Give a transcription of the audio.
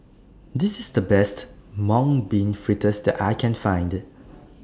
This IS The Best Mung Bean Fritters that I Can Find